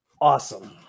Awesome